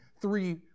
three